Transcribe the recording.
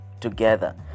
together